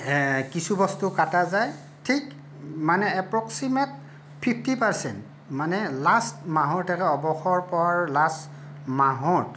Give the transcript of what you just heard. কিছু বস্তু কটা যায় ঠিক মানে এপ্ৰক্সিমেট ফিফ্টি পাৰ্চেণ্ট মানে লাষ্ট মাহৰ তেখেতে অৱসৰ পোৱাৰ লাষ্ট মাহত